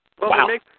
Wow